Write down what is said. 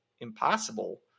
impossible